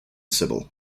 sybil